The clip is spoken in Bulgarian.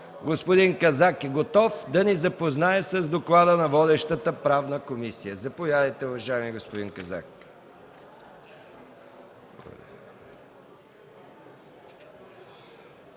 Господин Казак е готов да ни запознае с доклада на водещата Правна комисия. Заповядайте, уважаеми господин Казак.